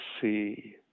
see